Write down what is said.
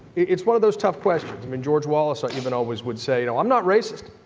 it's one of those tough questions. i mean, george wallace ah even always would say you know i'm not raceist,